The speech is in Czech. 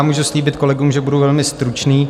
Můžu slíbit kolegům, že budu velmi stručný.